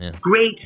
great